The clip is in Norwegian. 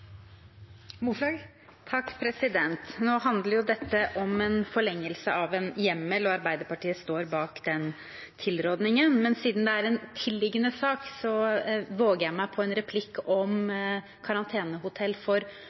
Nå handler jo dette om en forlengelse av en hjemmel, og Arbeiderpartiet står bak den tilrådingen. Men siden det er en tilliggende sak, våger jeg meg på en replikk om karantenehotell for